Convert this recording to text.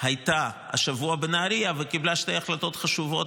הממשלה הייתה השבוע בנהריה וקיבלה שתי החלטות חשובות